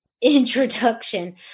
introduction